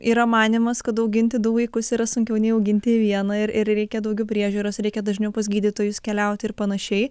yra manymas kad auginti du vaikus yra sunkiau nei auginti vieną ir ir reikia daugiau priežiūros reikia dažniau pas gydytojus keliauti ir panašiai